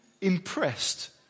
impressed